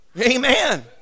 amen